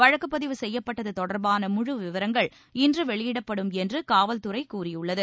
வழக்கு பதிவு செய்யப்பட்டது தொடர்பான முழு விவரங்கள் இன்று வெளியிடப்படும் என்று காவல்துறை கூறியுள்ளது